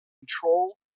control